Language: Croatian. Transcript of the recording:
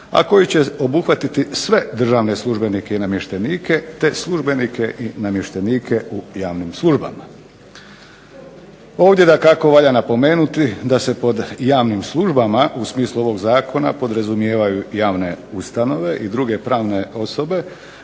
a koji će obuhvatiti sve državne službenike i namještenike te službenike i namještenike u javnim službama. Ovdje dakako valja napomenuti da se pod javnim službama u smislu ovog zakona podrazumijevaju javne ustanove i druge pravne osobe